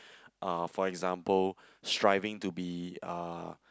uh for example striving to be uh